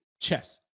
chess